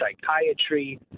psychiatry